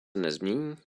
nezmění